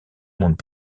mondes